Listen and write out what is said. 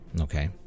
Okay